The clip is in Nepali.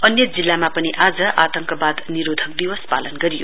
अन्य जिल्लामा पनि आज आतंकवाद निरोधक दिवस पालन गरियो